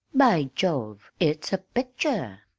by jove, it's a picture!